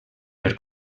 per